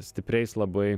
stipriais labai